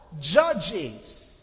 judges